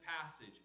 passage